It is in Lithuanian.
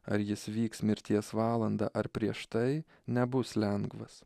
ar jis vyks mirties valandą ar prieš tai nebus lengvas